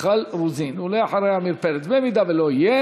5832 ו-5835.